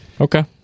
okay